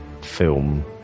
film